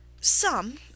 Some